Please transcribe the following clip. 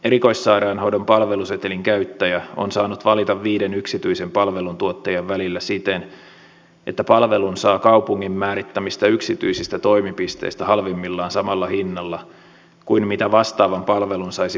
erikoissairaanhoidon palvelusetelin käyttäjä on saanut valita viiden yksityisen palveluntuottajan välillä siten että palvelun saa kaupungin määrittämistä yksityisistä toimipisteistä halvimmillaan samalla hinnalla kuin vastaavan palvelun saisi pirkanmaan sairaanhoitopiiristä